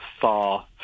far